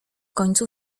końcu